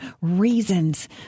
reasons